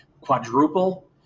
quadruple